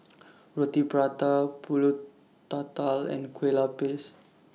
Roti Prata Pulut Tatal and Kueh Lapis